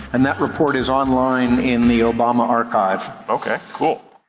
and that report is online in the obama archive. okay, cool.